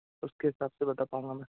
उसके हिसाब से बता पाउँगा मैं